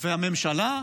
והממשלה,